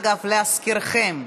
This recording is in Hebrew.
אגב, להזכירכם,